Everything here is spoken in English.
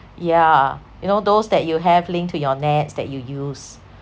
yeah you know those that you have linked to your NETS that you use